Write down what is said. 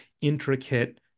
intricate